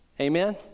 amen